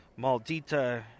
Maldita